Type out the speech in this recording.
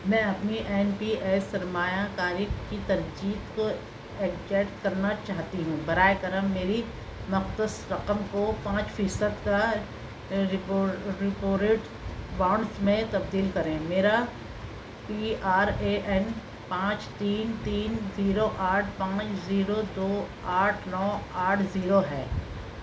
میں اپنی N P S سرمایا کاری کی تجدید کو ایڈجسٹ کرنا چاہتی ہوں برائے کرم میری مختص رقم کو پانچ فیصد کا ریپور ریپو ریٹس بونڈس میں تبدیل کریں میرا پی آر اے این پانچ تین تین زیرو آٹھ پانچ زیرو دو آٹھ نو آٹھ زیرو ہے